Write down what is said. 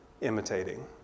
imitating